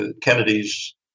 Kennedy's